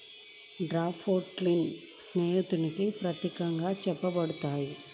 daffodils స్నేహానికి ప్రతీకగా చెప్పబడుతున్నాయి